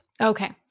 Okay